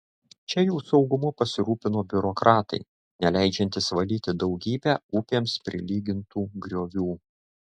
čia jų saugumu pasirūpino biurokratai neleidžiantys valyti daugybę upėms prilygintų griovių